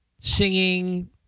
singing